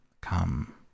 come